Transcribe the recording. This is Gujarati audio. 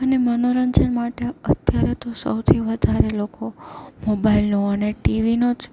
અને મનોરંજન માટે અત્યારે તો સૌથી વધારે લોકો મોબાઈલનો અને ટીવીનો જ